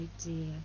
idea